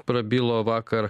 prabilo vakar